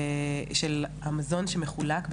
של המזון שמחולק,